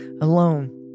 alone